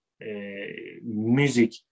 music